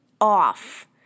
off